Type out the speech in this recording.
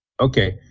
Okay